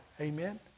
Amen